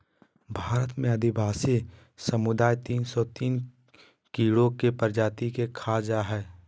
भारत में आदिवासी समुदाय तिन सो तिन कीड़ों के प्रजाति के खा जा हइ